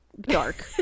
dark